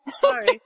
Sorry